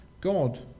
God